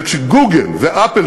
וכש"גוגל" ו"אפל",